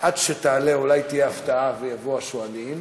עד שתעלה אולי תהיה הפתעה ויבואו השואלים.